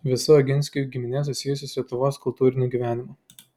visa oginskių giminė susijusi su lietuvos kultūriniu gyvenimu